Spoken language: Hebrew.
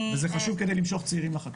וזה חשוב כדי למשוך צעירים לחקלאות.